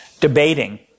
debating